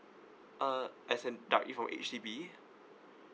uh as in duck with H_D_B